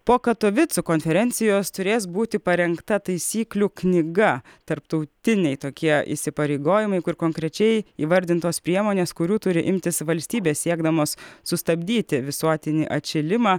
po katovicų konferencijos turės būti parengta taisyklių knyga tarptautiniai tokie įsipareigojimai kur konkrečiai įvardintos priemonės kurių turi imtis valstybės siekdamos sustabdyti visuotinį atšilimą